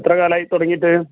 എത്ര കാലമായി തുടങ്ങിയിട്ട്